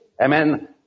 Amen